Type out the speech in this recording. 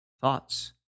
Thoughts